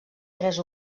tres